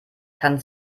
kann